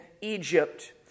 Egypt